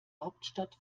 hauptstadt